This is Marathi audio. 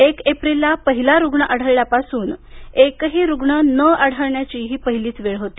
एक एप्रिलला पहिला रुग्ण आढळल्यापासून एकही रुग्ण न आढळण्याची ही पहिलीच वेळ होती